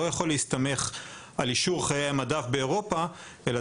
לא יכול להסתמך על אישור חיי המדף באירופה אלא